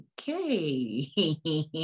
okay